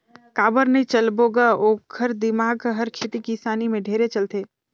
काबर नई चलबो ग ओखर दिमाक हर खेती किसानी में ढेरे चलथे